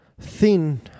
thin